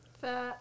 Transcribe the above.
Fat